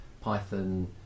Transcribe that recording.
Python